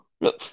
look